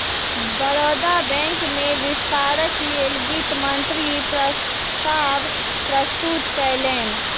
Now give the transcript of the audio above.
Baroda bank में विस्तारक लेल वित्त मंत्री प्रस्ताव प्रस्तुत कयलैन